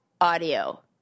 audio